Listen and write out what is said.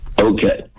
Okay